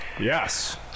Yes